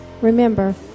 Remember